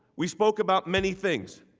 we spoke about many things.